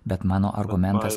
bet mano argumentas